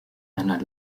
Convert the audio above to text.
einer